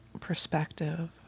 perspective